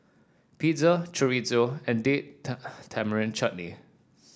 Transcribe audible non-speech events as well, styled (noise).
Pizza Chorizo and Date (unintelligible) Tamarind Chutney